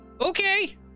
Okay